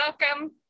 Welcome